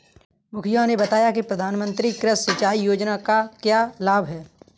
मुखिया ने बताया कि प्रधानमंत्री कृषि सिंचाई योजना का क्या लाभ है?